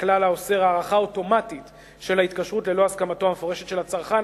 לכלל האוסר הארכה אוטומטית של ההתקשרות ללא הסכמתו המפורשת של הצרכן.